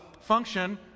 function